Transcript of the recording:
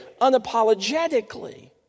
unapologetically